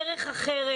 על דרך אחרת?